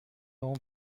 اون